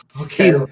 Okay